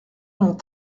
long